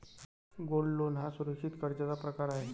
gold loan हा सुरक्षित कर्जाचा प्रकार आहे